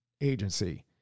Agency